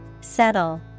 Settle